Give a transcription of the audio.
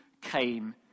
came